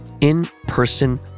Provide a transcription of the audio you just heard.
in-person